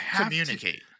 communicate